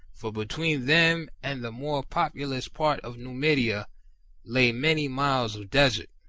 for between them and the more populous part of numidia lay many miles of desert.